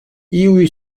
iuj